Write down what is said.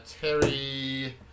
Terry